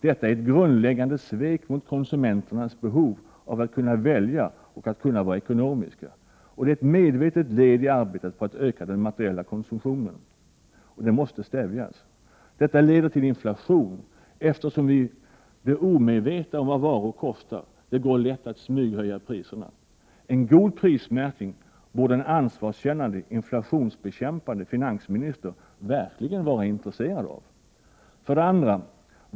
Detta är ett grundläggande svek mot konsumenternas behov av att kunna välja och vara ekonomiska. Det är ett medvetet led i arbetet på att öka den materiella konsumtionen som måste stävjas. Detta leder till inflation, eftersom vi blir omedvetna om vad varor kostar — det går lätt att smyghöja priserna. En god prismärkning borde en ansvarskännande inflationsbekämpande finansminister verkligen vara intresserad av. 2.